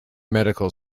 medical